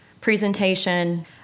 presentation